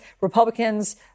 Republicans